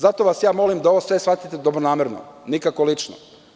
Zato vas ja molim da sve ovo shvatite dobronamerno, nikako lično.